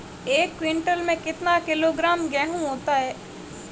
एक क्विंटल में कितना किलोग्राम गेहूँ होता है?